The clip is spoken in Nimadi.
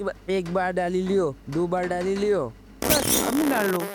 कि एक बार डाली लियो दू बार डाली लियो बस अमें डालो